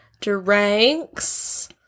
drinks